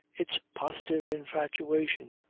it's positive infatuation,